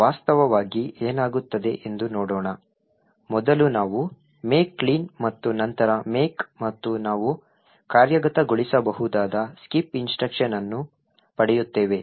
ಆದ್ದರಿಂದ ವಾಸ್ತವವಾಗಿ ಏನಾಗುತ್ತದೆ ಎಂದು ನೋಡೋಣ ಮೊದಲು ನಾವು make clean ಮತ್ತು ನಂತರ make ಮತ್ತು ನಾವು ಕಾರ್ಯಗತಗೊಳಿಸಬಹುದಾದ skip instruction ಅನ್ನು ಪಡೆಯುತ್ತೇವೆ